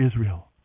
Israel